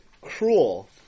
cruel